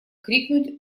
крикнуть